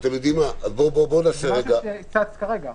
זה משהו שצץ כרגע.